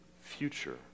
future